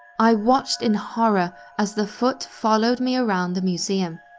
i watched in horror as the foot followed me around the museum.